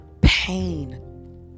pain